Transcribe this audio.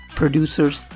producers